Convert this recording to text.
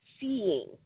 seeing